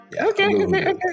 Okay